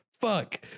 fuck